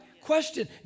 Question